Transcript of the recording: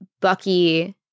Bucky